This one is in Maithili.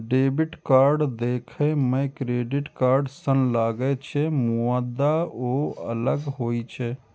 डेबिट कार्ड देखै मे क्रेडिट कार्ड सन लागै छै, मुदा ओ अलग होइ छै